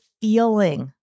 feeling